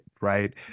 right